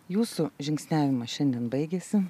jūsų žingsniavimas šiandien baigėsi